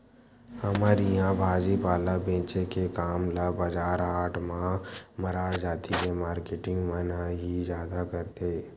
हमर इहाँ भाजी पाला बेंचे के काम ल बजार हाट म मरार जाति के मारकेटिंग मन ह ही जादा करथे